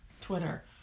Twitter